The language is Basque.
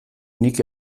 nik